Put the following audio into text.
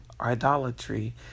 idolatry